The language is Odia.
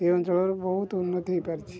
ଏ ଅଞ୍ଚଳର ବହୁତ ଉନ୍ନତି ହେଇପାରିଛି